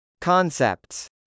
Concepts